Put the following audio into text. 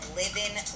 living